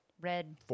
red